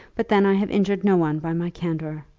but then i have injured no one by my candour.